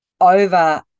over